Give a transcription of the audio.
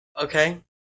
Okay